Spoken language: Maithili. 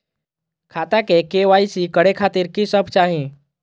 खाता के के.वाई.सी करे खातिर की सब चाही?